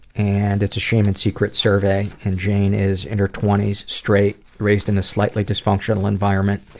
and it's a shame and secrets survey and jane is in her twenty s, straight, raised in a slightly dysfunctional environment,